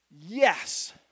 yes